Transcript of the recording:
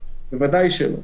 שלא.